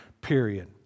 period